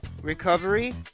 Recovery